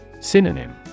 Synonym